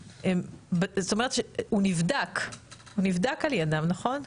זאת אומרת הוא נבדק על ידם, נכון?